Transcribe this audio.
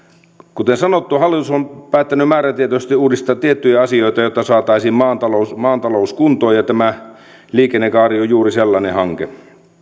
kuten sanottu hallitus on päättänyt määrätietoisesti uudistaa tiettyjä asioita jotta saataisiin maan talous maan talous kuntoon ja tämä liikennekaari on juuri sellainen hanke